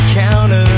counter